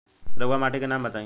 रहुआ माटी के नाम बताई?